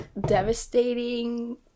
devastating